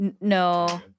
no